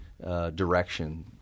direction